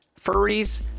furries